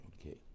okay